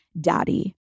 daddy